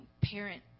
parent